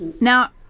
Now